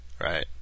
Right